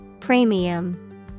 Premium